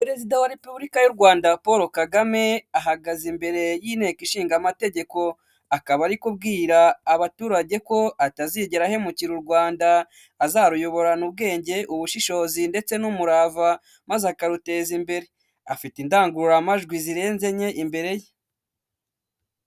Perezida wa Repubulika y'u Rwanda Paul Kagame, ahagaze imbere y'inteko ishinga amategeko, akaba ari kubwira abaturage ko atazigera ahemukira u Rwanda, azaruyoborana ubwenge ubushishozi ndetse n'umurava, maze akaruteza imbere, afite indangururamajwi zirenze enye imbere ye.